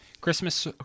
Christmas